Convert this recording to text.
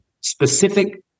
specific